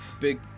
big